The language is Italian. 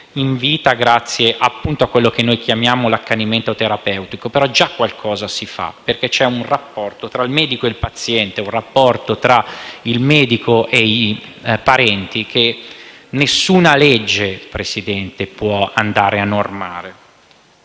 in vita, appunto, grazie a quello che noi chiamiamo accanimento terapeutico. Ebbene, qualcosa già si fa, perché c'è un rapporto tra il medico e il paziente, un rapporto tra il medico e i parenti che nessuna legge, Presidente, può andare a normare.